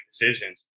decisions